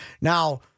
Now